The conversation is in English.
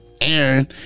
Aaron